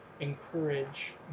encourage